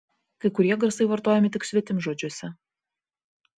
kai kurie garsai vartojami tik svetimžodžiuose